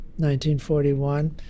1941